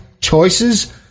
choices